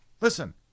listen